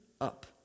up